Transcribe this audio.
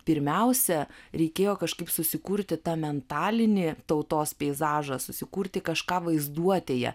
pirmiausia reikėjo kažkaip susikurti tą mentalinį tautos peizažą susikurti kažką vaizduotėje